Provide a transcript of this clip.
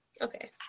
Okay